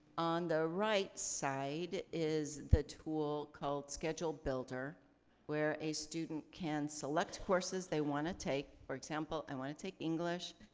on the right side is the tool called schedule builder where a student can select courses they wanna take. for example, i wanna take english,